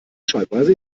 schreibweise